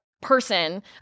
person